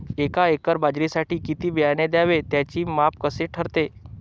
एका एकर बाजरीसाठी किती बियाणे घ्यावे? त्याचे माप कसे ठरते?